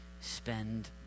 spend